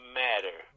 matter